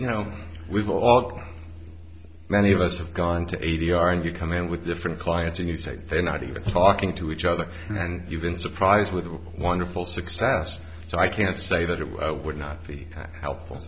you know we've all many of us have gone to a d r and you come in with different clients and you say they're not even talking to each other and you've been surprised with wonderful success so i can't say that it would not be helpful